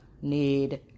need